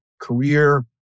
career